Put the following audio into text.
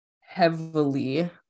heavily